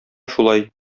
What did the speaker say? шулай